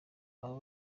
abo